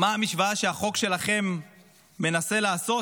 מה המשוואה שהחוק שלכם מנסה לעשות?